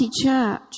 church